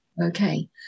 Okay